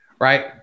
right